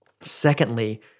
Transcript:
Secondly